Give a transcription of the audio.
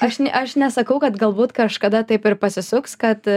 aš ne aš nesakau kad galbūt kažkada taip ir pasisuks kad